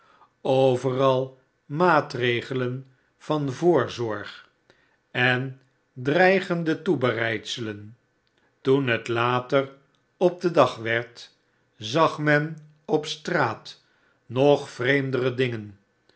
overal maatregelen van voorzorg en dreigende toebereidselen toen het later op den dag werd zag men op straat nog vreemdere dingen